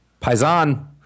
paisan